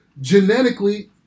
genetically